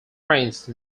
prince